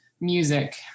music